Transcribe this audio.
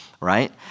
right